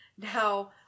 Now